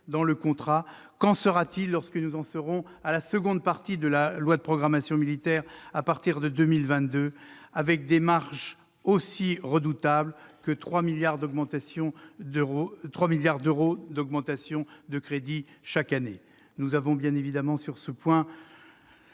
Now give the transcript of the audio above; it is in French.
dans le contrat, qu'en sera-t-il lorsque nous en serons à la seconde partie de la loi de programmation militaire, à partir de 2022, avec des marches aussi redoutables que 3 milliards d'euros d'augmentation de crédits chaque année ?